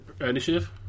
initiative